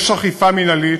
יש אכיפה מינהלית,